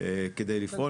כדי לפעול,